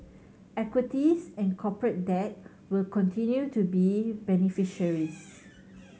equities and corporate debt will continue to be beneficiaries